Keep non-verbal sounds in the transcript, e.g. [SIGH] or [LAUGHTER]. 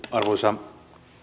[UNINTELLIGIBLE] arvoisa